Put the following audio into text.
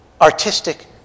artistic